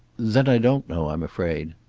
then i don't know, i'm afraid.